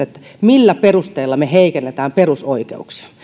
millä perusteella me heikennämme perusoikeuksia